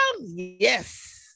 Yes